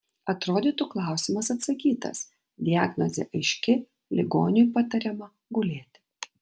atrodytų klausimas atsakytas diagnozė aiški ligoniui patariama gulėti